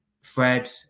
Fred